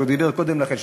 שהוא אמר קודם לכן,